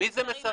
מי זה מסרב?